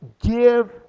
give